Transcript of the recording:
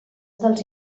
dels